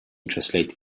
translated